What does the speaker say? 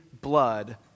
blood